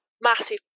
massive